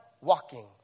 walking